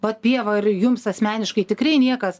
va pieva ar jums asmeniškai tikrai niekas